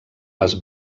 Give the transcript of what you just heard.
les